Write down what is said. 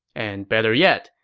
and better yet,